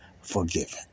forgiven